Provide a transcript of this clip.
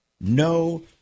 No